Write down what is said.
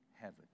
heaven